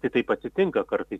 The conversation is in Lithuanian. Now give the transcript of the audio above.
tai taip atsitinka kartais